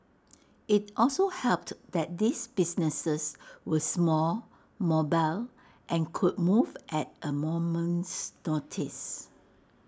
IT also helped that these businesses were small mobile and could move at A moment's notice